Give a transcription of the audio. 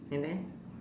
and then